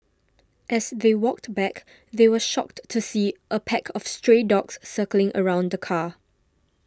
as they walked back they were shocked to see a pack of stray dogs circling around the car